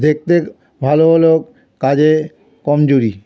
দেখতে ভালো হলেও কাজে কমজোরি